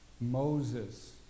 Moses